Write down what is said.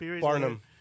Barnum